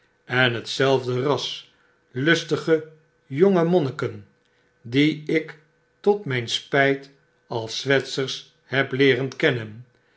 en hetzelfde ras lustige jonge monniken die ik tot mp spgt als zwetsers heb leeren kennen